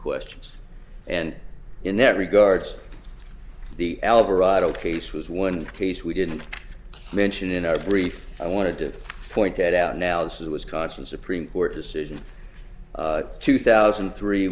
questions and in that regards the alvarado case was one case we didn't mention in our brief i wanted to point that out now this is wisconsin supreme court decision two thousand and three